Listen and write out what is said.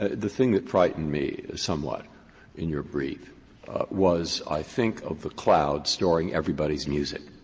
ah the thing that frightened me somewhat in your brief was, i think, of the cloud storing everybody's music.